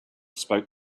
spoke